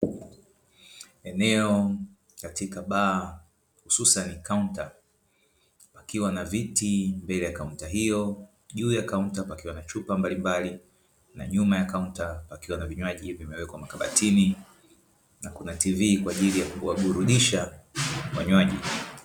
Eneo katika baa hususani kaunta pakiwa na viti mbele ya kaunta hiyo, juu ya kaunta pakiwa na chupa mbalimbali na nyuma ya kaunta pakiwa na vinywaji vimewekwa makabatini na kuna “TV” kwa ajili ya kuwaburudisha wanywaji.